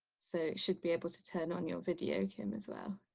so it should be able to turn on your video kim as well.